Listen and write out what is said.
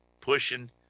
pushing